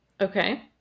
Okay